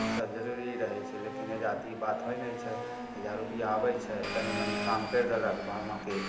ईसब जरूरी रहय छै लेकिन अइजाँ तऽ ई बात होइ नहि छै अइजाँ रूपैआ आबय छै तनीमनी काम करि देलक बाद बाँकी